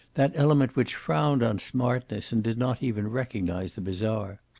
that element which frowned on smartness and did not even recognize the bizarre.